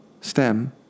STEM